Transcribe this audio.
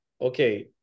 okay